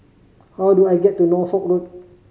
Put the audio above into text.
how do I get to Norfolk Road